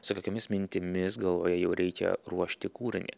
su kokiomis mintimis galvoje jau reikia ruošti kūrinį